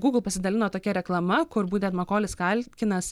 gūgl pasidalino tokia reklama kur būtent makolis kalkinas